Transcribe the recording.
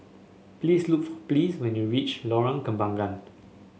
please look for Pleas when you reach Lorong Kembangan